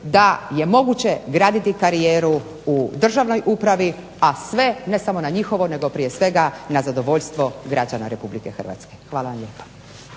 da je moguće graditi karijeru u državnoj upravi, a sve, ne samo na njihovo nego prije svega na zadovoljstvo građana Republike Hrvatske. Hvala vam lijepa.